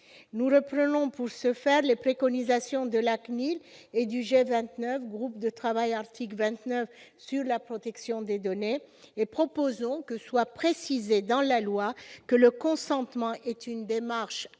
nous le plus long pour ce faire, les préconisations de la CNIL et du G29, groupe de travail Arctique 29 sur la protection des données, et propose donc que soit précisé dans la loi que le consentement est une démarche